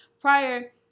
prior